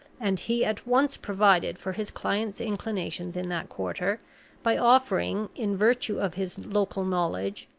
and he at once provided for his client's inclinations in that quarter by offering, in virtue of his local knowledge,